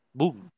boom